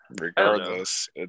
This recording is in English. regardless